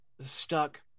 stuck